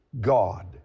God